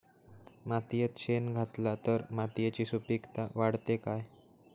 मातयेत शेण घातला तर मातयेची सुपीकता वाढते काय?